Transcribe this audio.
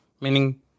meaning